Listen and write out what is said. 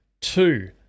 Two